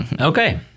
Okay